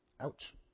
Ouch